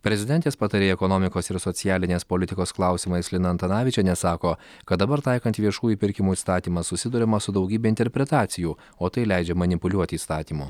prezidentės patarėja ekonomikos ir socialinės politikos klausimais lina antanavičienė sako kad dabar taikant viešųjų pirkimų įstatymą susiduriama su daugybe interpretacijų o tai leidžia manipuliuoti įstatymu